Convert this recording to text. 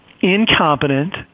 incompetent